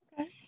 Okay